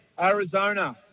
Arizona